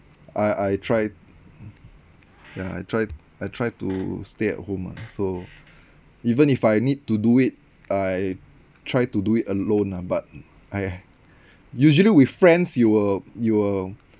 I I try ya I try I try to stay at home ah so even if I need to do it I try to do it alone ah but I usually with friends you will you will